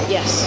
Yes